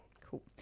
Cool